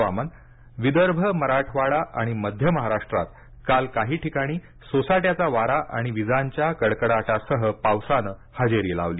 हुवामान विदर्भ मराठवाडा आणि मध्य महाराष्ट्रात काल काही ठिकाणी सोसाट्याचा वारा आणि विजांच्या कडकडाटासह पावसानं हजेरी लावली